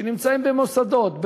שנמצאים במוסדות,